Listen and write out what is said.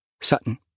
Sutton